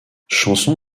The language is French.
chanson